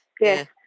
yes